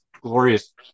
glorious